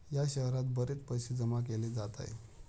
या शहरात बरेच पैसे जमा केले जात आहे